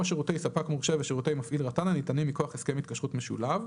שירותי ספק מורשה ושירותי מפעיל רט"ן הניתנים מכוח הסכם התקשרות משולב,